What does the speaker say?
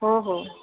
हो हो